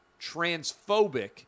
transphobic